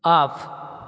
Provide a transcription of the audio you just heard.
off